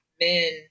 men